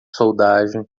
soldagem